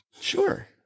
Sure